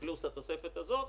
פלוס התוספת הזאת,